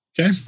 Okay